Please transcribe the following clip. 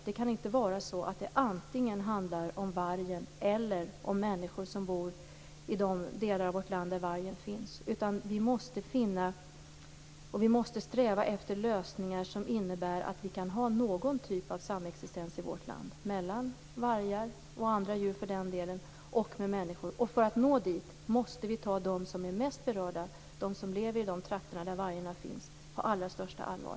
Det kan inte vara så att det antingen handlar om vargen eller om människor som bor i de delar av vårt land där vargen finns. Vi måste sträva efter lösningar som innebär någon typ av samexistens mellan vargar - och för den delen också andra djur - och människor. För att nå dit måste vi ta dem som är mest berörda - de som lever i de trakter där vargarna finns - på allra största allvar.